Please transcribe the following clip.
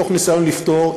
מתוך ניסיון לפתור.